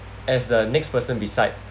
as the next person beside